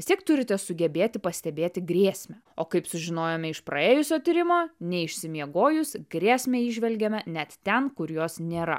vis tiek turite sugebėti pastebėti grėsmę o kaip sužinojome iš praėjusio tyrimo neišsimiegojus grėsmę įžvelgiame net ten kur jos nėra